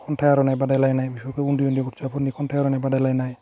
खन्थाइ आवरायनाय बादायलाइनाय बेफोरखौ उन्दै उन्दै गथ'साफोरनि खन्थाइ आवरायनाय बादायलाइनाय